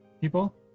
people